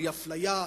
בלי אפליה,